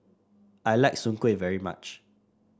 I like Soon Kway very much